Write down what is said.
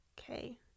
Okay